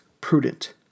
prudent